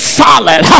solid